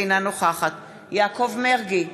אינה נוכחת יעקב מרגי,